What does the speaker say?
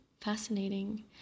fascinating